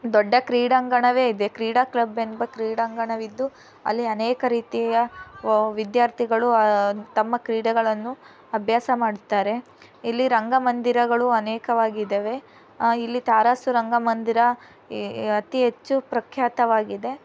ದೊಡ್ಡ ಕ್ರೀಡಾಂಗಣವೇ ಇದೆ ಕ್ರೀಡಾ ಕ್ಲಬ್ ಎಂಬ ಕ್ರೀಡಾಂಗಣವಿದ್ದು ಅಲ್ಲಿ ಅನೇಕ ರೀತಿಯ ವಿದ್ಯಾರ್ಥಿಗಳು ತಮ್ಮ ಕ್ರೀಡೆಗಳನ್ನು ಅಭ್ಯಾಸ ಮಾಡ್ತಾರೆ ಇಲ್ಲಿ ರಂಗ ಮಂದಿರಗಳು ಅನೇಕವಾಗಿ ಇದ್ದಾವೆ ಇಲ್ಲಿ ತಾರಾಸು ರಂಗಮಂದಿರ ಅತಿ ಹೆಚ್ಚು ಪ್ರಖ್ಯಾತವಾಗಿದೆ